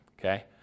okay